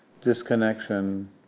disconnection